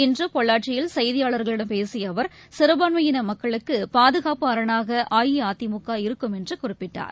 இன்று பொள்ளாச்சியில் செய்தியாளர்களிடம் பேசிய அவர் சிறபான்மையின மக்களுக்கு பாதுகாப்பு அரணாக அஇஅதிமுக இருக்கும் என்று குறிப்பிட்டார்